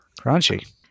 Crunchy